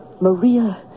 Maria